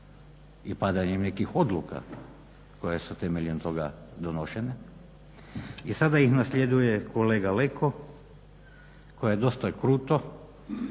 i padanjem nekih odluka koje su temeljem toga donesene. I sada ih nasljeduje kolega Leko koji je dosta kruto